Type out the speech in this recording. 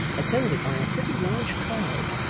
attended by a pretty large crowd,